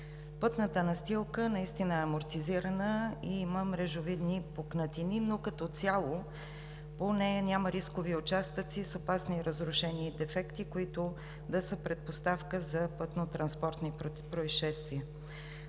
Пътната настилка наистина е амортизирана и има мрежовидни пукнатини, но като цяло по нея няма рискови участъци с опасни разрушения и дефекти, които да са предпоставка за пътнотранспортни произшествия.